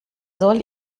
soll